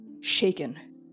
shaken